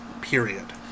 Period